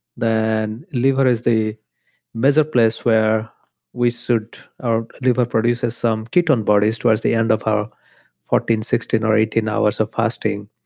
then liver is the major place where we should. our liver produces some ketone bodies towards the end of our fourteen, sixteen or eighteen hours of fasting,